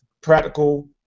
practical